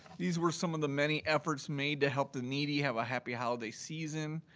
these were some of the many efforts made to help the needy have a happy holiday season.